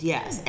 Yes